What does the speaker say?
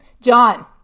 John